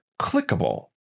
clickable